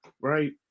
right